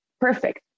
perfect